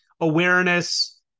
awareness